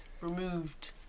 Removed